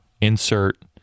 insert